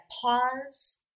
pause